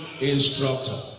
instructor